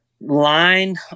line